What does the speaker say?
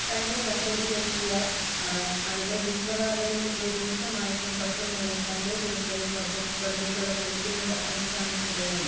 തൻ്റെ വസതിയിലെത്തിയ അവൻ അവിടെ വിഷവാതകത്തിൻ്റെ രൂക്ഷമായ സമ്പർക്കം മൂലം തൻ്റെ കുടുംബവും ബന്ധുക്കളും മരിക്കുന്നത് അവൻ കാണാനിടയായി